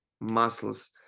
muscles